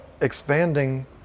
expanding